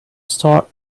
start